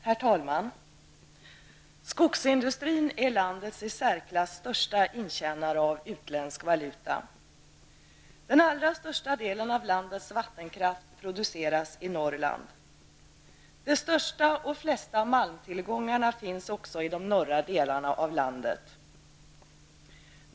Herr talman! Skogsindustrin är landets i särklass största intjänare av utländsk valuta. Den allra största delen av landets vattenkraft produceras i Norrland. De största och flesta malmtillgångarna finns också i de norra delarna av landet.